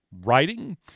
writing